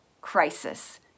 crisis